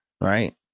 right